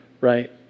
right